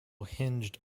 hinged